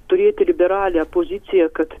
turėti liberalią poziciją kad